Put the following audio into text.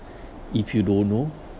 if you don't know